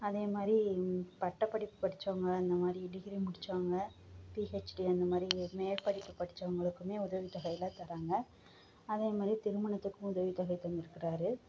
அதே மாதிரி பட்டப்படிப்பு படிச்சவங்கள் அந்த மாதிரி டிகிரி முடித்தவங்க பிஹெச்டி அந்த மாதிரி மேற்படிப்பு படிச்சவங்களுக்கும் உதவித்தொகையெலாம் தராங்க அதே மாதிரி திருமணத்துக்கும் உதவித்தொகை தந்துருக்கிறாரு